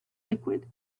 liquid